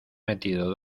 metido